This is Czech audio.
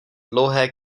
dlouhé